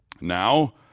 Now